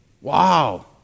Wow